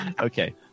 Okay